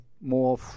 more